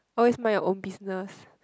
oh it's my own business